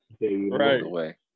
Right